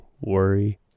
worry